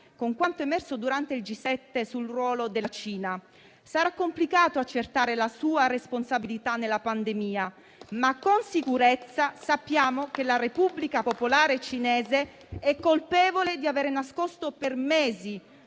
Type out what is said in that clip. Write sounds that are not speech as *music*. con quanto emerso durante il G7 sul ruolo della Cina. Sarà complicato accertare la sua responsabilità nella pandemia, *applause* ma con sicurezza sappiamo che la Repubblica popolare cinese è colpevole di avere nascosto per mesi